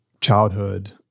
childhood